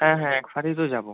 হ্যাঁ হ্যাঁ একসাথেই তো যাবো